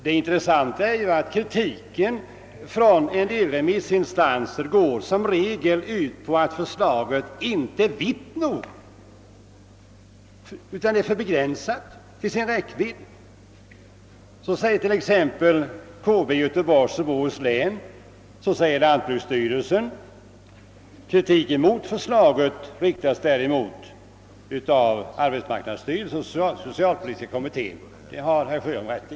Det intressanta är att kritiken från en del remissinstanser som regel går ut på att förslaget inte är långtgående nog utan för begränsat till sin räckvidd. Så säger t.ex. KB i Göteborgs och Bohus län samt lantbruksstyrelsen. Direkt kritik mot förslaget som sådant riktas däremot av arbetsmarknadsstyrelsen och socialpolitiska kommittén — det har herr Sjöholm rätt i.